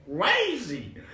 crazy